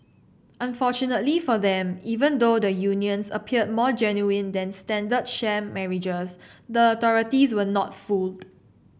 unfortunately for them even though the unions appeared more genuine than standard sham marriages the authorities were not fooled